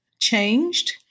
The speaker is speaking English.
changed